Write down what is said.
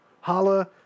Holla